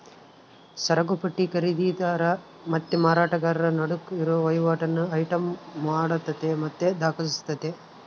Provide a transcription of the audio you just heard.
ಸರಕುಪಟ್ಟಿ ಖರೀದಿದಾರ ಮತ್ತೆ ಮಾರಾಟಗಾರರ ನಡುಕ್ ಇರೋ ವಹಿವಾಟನ್ನ ಐಟಂ ಮಾಡತತೆ ಮತ್ತೆ ದಾಖಲಿಸ್ತತೆ